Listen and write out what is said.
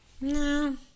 No